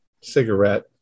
cigarette